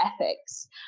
ethics